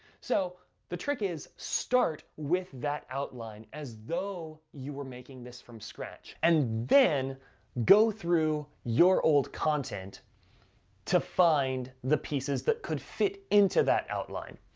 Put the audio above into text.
so the trick is, start with that outline as though you were making this from scratch, and then go through your old content to find the pieces that could fit into that outline.